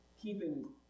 keeping